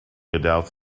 adults